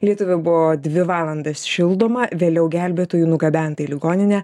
lietuvė buvo dvi valandas šildoma vėliau gelbėtojų nugabenta į ligoninę